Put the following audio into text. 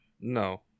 No